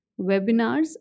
webinars